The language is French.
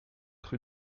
rue